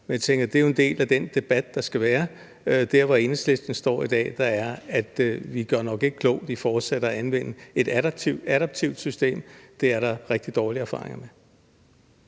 Men jeg tænker, at det jo er en del af den debat, der skal være; dér, hvor Enhedslisten står i dag, er, at vi nok ikke gør klogt i fortsat at anvende et adaptivt system – det er der rigtig dårlige erfaringer med.